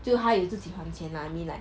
就他有自己还钱 lah I mean like